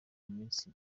minsi